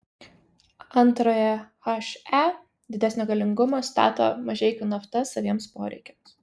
antrąją he didesnio galingumo stato mažeikių nafta saviems poreikiams